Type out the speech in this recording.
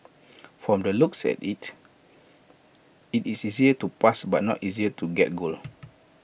from the looks at IT it is easier to pass but not easier to get goal